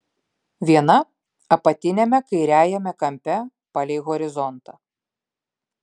viena apatiniame kairiajame kampe palei horizontą